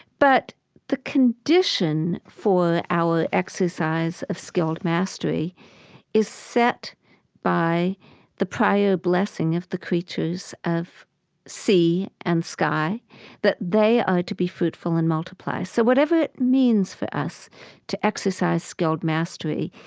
but the condition for our exercise of skilled mastery is set by the prior blessing of the creatures of sea and sky that they are to be fruitful and multiply. multiply. so whatever it means for us to exercise skilled mastery,